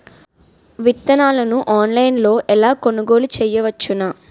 విత్తనాలను ఆన్లైన్లో ఎలా కొనుగోలు చేయవచ్చున?